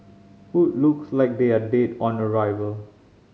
food looks like they are dead on arrival